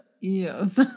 Yes